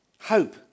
hope